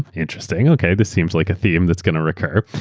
and interesting. okay, this seems like a theme that's going to recur,